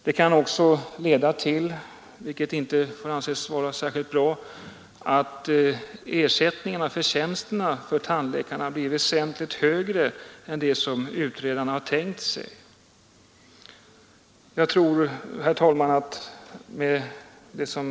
Det kan leda till att förtjänsterna för tandläkarna blir högre än vad utredarna har tänkt sig, och det kan inte anses tillfredsställande.